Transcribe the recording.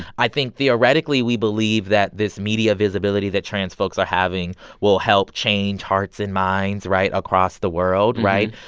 i think, theoretically, we believe that this media visibility that trans folks are having will help change hearts and minds right? across the world, right?